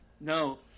no